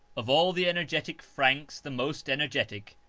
of all the energetic franks the most energetic,